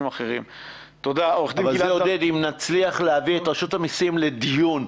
אבל זה אם נצליח להביא את רשות המסים לדיון.